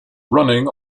running